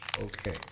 Okay